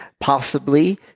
possibly,